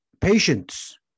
Patience